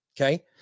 okay